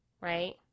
Right